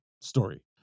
story